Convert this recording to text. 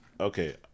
okay